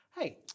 Hey